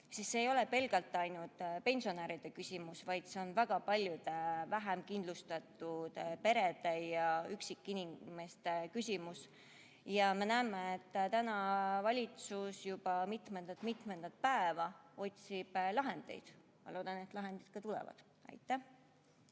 see ei ole pelgalt ainult pensionäride küsimus, vaid see on väga paljude vähekindlustatud perede ja üksikinimeste küsimus. Ja me näeme, et valitsus juba mitmendat päeva otsib lahendeid. Ma loodan, et lahendid ka tulevad. Kalle